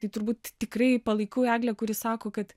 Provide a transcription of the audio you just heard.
tai turbūt tikrai palaikau eglę kuri sako kad